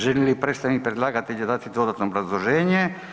Želi li predstavnik predlagatelja dati dodatno obrazloženje?